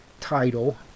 title